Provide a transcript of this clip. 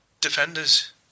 defenders